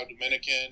Dominican